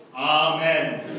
amen